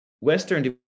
Western